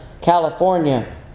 California